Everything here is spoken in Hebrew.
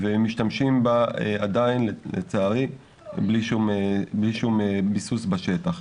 ומשתמשים בה עדיין לצערי בלי שום ביסוס בשטח.